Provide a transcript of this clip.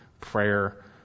prayer